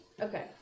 Okay